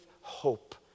hope